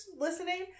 listening